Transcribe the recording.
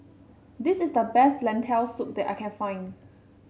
this is the best Lentil Soup that I can find